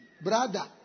Brother